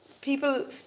people